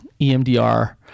EMDR